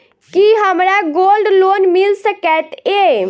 की हमरा gold loan मिल सकैत ये?